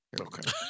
Okay